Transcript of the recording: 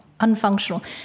unfunctional